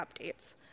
updates